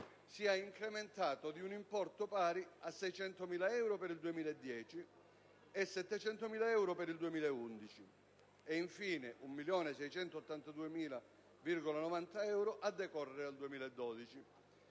sia incrementato di un importo pari a 600.000 euro per il 2010, a 700.000 per il 2011 e infine, a 1.682, 90 euro a decorrere dal 2012.